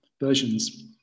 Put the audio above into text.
versions